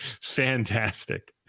Fantastic